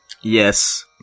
Yes